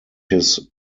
his